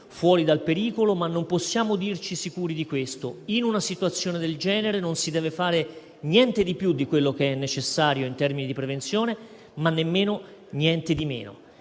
fuori dal pericolo, ma non possiamo dirci sicuri di questo. In una situazione del genere non si deve fare niente di più di quello che è necessario in termini di prevenzione, ma nemmeno niente di meno.